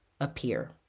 appear